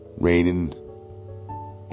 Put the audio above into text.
raining